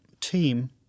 team